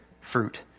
fruit